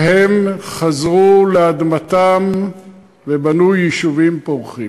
והם חזרו לאדמתם ובנו יישובים פורחים.